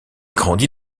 grandit